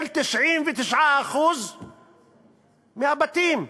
ל-99% מהבתים.